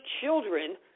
children